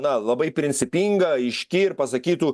na labai principinga aiški ir pasakytų